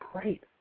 great